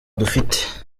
dufite